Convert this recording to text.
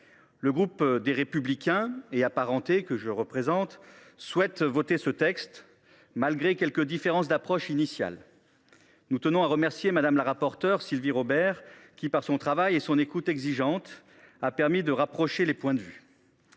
Le groupe des Républicains et apparentés, que je représente, souhaite voter pour ce texte, malgré nos réserves initiales. Nous tenons d’ailleurs à remercier Mme la rapporteure, Sylvie Robert, qui par son travail et son écoute exigeante a permis de rapprocher les points de vue.